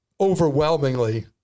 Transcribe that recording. overwhelmingly